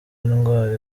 indwara